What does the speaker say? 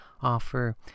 offer